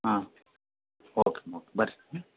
ಹಾಂ ಓ ಕೆಮ್ಮ ಓಕೆ ಬನ್ರಿ